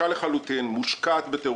בקצרה, אני לא חושבת שאני מחדשת יותר מדי לרוב